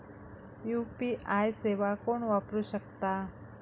UPI सेवा कोण वापरू शकता?